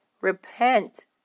Repent